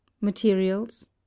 Materials